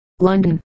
London